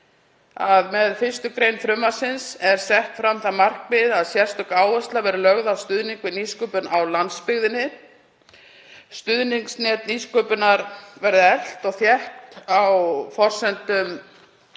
Með 1. gr. frumvarpsins er sett fram það markmið að sérstök áhersla verði lögð á stuðning við nýsköpun á landsbyggðinni. Stuðningsnet nýsköpunar verði eflt og þétt á forsendum